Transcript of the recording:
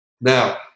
Now